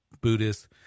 Buddhist